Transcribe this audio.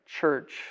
church